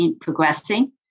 progressing